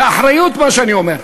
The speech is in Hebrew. באחריות מה שאני אומר.